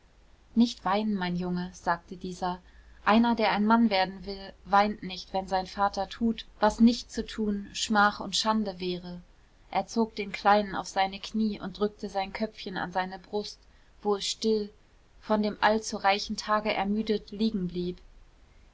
nicht weinen mein junge sagte dieser einer der ein mann werden will weint nicht wenn sein vater tut was nicht zu tun schmach und schande wäre er zog den kleinen auf seine knie und drückte sein köpfchen an seine brust wo es still von dem allzu reichen tage ermüdet liegen blieb